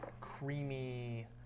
creamy